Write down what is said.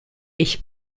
ich